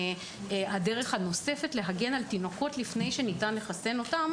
הדרך הנוספת להגן על תינוקות לפני שניתן לחסן אותם